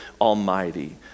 Almighty